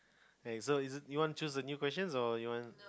okay so is you wanna choose a new question or